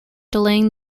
delaying